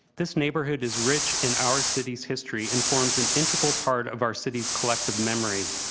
this neighbourhood is rich in our city's history and forms an integral part of our city's collective memory.